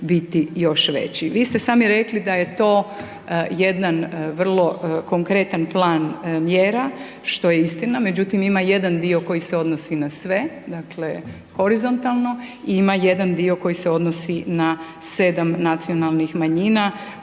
biti još veći. Vi ste sami rekli da je to jedan vrlo konkretan plan mjera, što je istina, međutim ima jedan dio koji se odnosi na sve, dakle, horizontalno i ima jedan dio koji se odnosi na 7 nacionalnih manjina